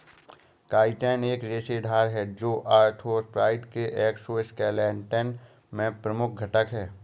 chitin एक रेशेदार है, जो आर्थ्रोपोड्स के एक्सोस्केलेटन में प्रमुख घटक है